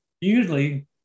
usually